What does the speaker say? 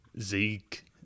zeke